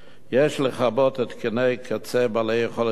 יש לכבות התקני קצה בעלי יכולת אלחוט